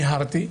מיהרתי,